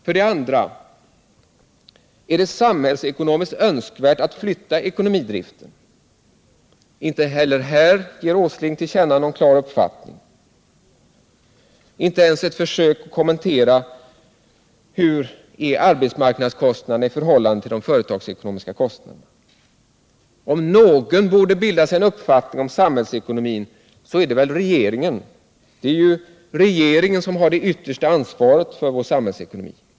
För det andra frågade jag: Är det samhällsekonomiskt önskvärt att flytta ekonomidriften? Inte heller här ger Åsling till känna någon klar uppfattning. Han gör inte ens ett försök att kommentera hur arbetsmarknadskostnaderna kan förhålla sig till de företagsekonomiska kostnaderna. Om någon borde bilda sig en uppfattning om samhällsekonomin är det väl regeringen. Det är ju regeringen som har det yttersta ansvaret för vår samhällsekonomi.